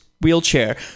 Wheelchair